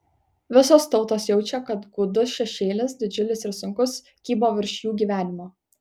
visos tautos jaučia kad gūdus šešėlis didžiulis ir sunkus kybo virš jų gyvenimo